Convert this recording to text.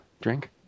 drink